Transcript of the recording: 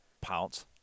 pounce